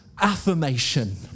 affirmation